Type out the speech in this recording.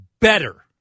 better